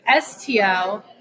STO